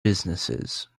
businesses